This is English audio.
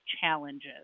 challenges